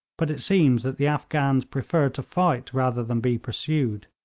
but it seemed that the afghans preferred to fight rather than be pursued.